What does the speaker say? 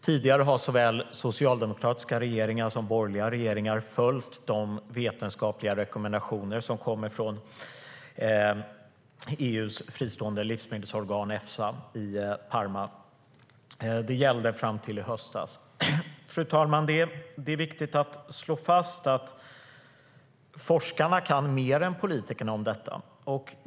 Tidigare har såväl socialdemokratiska som borgerliga regeringar följt de vetenskapliga rekommendationerna från EU:s fristående livsmedelsorgan Efsa i Parma. Detta gällde fram till i höstas. Fru talman! Det är viktigt att slå fast att forskarna kan mer än politikerna om detta.